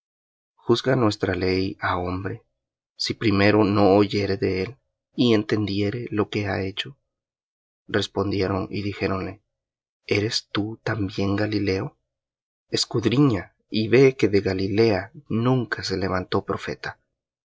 juzga nuestra ley á hombre si primero no oyere de él y entendiere lo que ha hecho respondieron y dijéronle eres tú también galileo escudriña y ve que de galilea nunca se levantó profeta